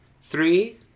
Three